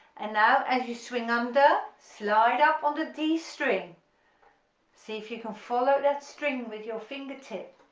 and now as you swing under slide up on the d string see if you can follow that string with your fingertip